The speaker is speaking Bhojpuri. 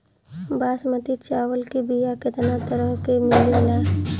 बासमती चावल के बीया केतना तरह के मिलेला?